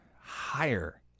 higher